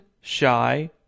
shy